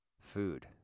food